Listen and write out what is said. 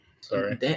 Sorry